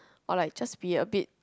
or like just be a bit